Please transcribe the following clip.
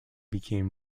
became